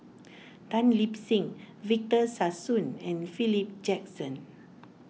Tan Lip Seng Victor Sassoon and Philip Jackson